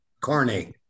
corny